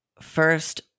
first